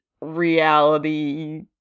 reality